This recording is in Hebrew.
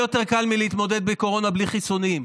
יותר קל מלהתמודד עם קורונה בלי חיסונים.